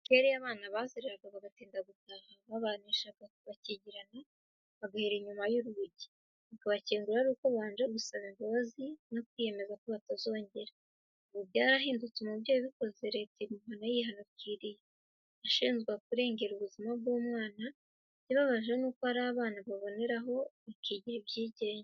Kera iyo abana bazereraga bagatinda gutaha babahanishaga kubakingirana bagahera inyuma y'urugi, bakabakingurira ari uko babanje gusaba imbabazi no kwiyemeza ko batazongera, ubu byarahindutse umubyeyi ubikoze leta iramuhana yihanukiriye ashinjwa kurengera uburenganzira bw'umwana, ikibabaje ni uko hari abana baboneraho bakigira ibyigenge.